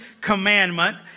commandment